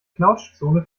knautschzone